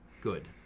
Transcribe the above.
Good